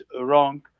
wrong